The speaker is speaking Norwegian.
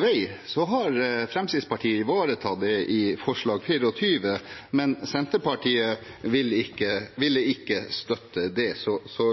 vei, har Fremskrittspartiet ivaretatt det i forslag nr. 24, men Senterpartiet ville ikke støtte det.